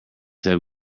have